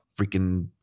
freaking